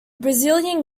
brazilian